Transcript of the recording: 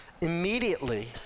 immediately